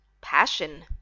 Passion